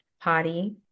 potty